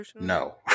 No